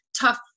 tough